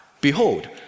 Behold